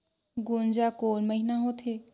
गुनजा कोन महीना होथे?